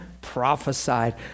prophesied